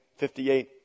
58